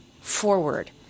forward